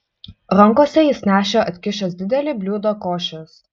rankose jis nešė atkišęs didelį bliūdą košės